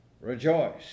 rejoice